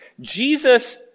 Jesus